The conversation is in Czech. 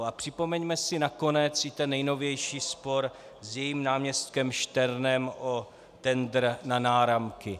A připomeňme si nakonec i ten nejnovější spor s jejím náměstkem Šternem o tendr na náramky.